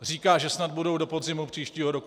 Říká, že snad budou do podzimu příštího roku.